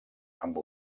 amb